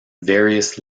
various